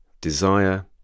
Desire